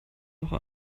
woche